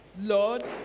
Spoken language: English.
Lord